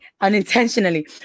unintentionally